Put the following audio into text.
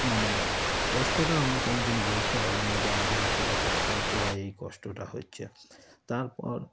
মানে কষ্টটা আমরা কোনো দিন বুঝতে পারিনি যে আমাদের এতটা কষ্ট হচ্ছে বা এই কষ্টটা হচ্ছে তারপর